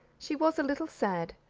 she was a little sad,